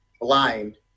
blind